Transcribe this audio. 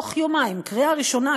בתוך יומיים קריאה ראשונה,